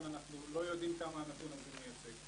אנחנו לא יודעים כמה הנתון הזה מייצג,